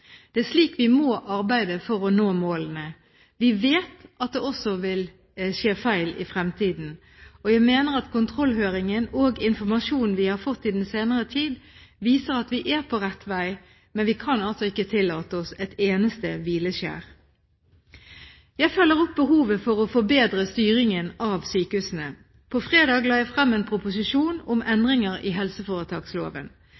Det er slik vi må arbeide for å nå målene. Vi vet at det også vil skje feil i fremtiden. Jeg mener at kontrollhøringen og informasjonen vi har fått i den senere tid, viser at vi er på rett vei, men vi kan ikke tillate oss et eneste hvileskjær. Jeg følger opp behovet for å forbedre styringen av sykehusene. På fredag la jeg frem en proposisjon om